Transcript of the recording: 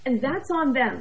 and that's on them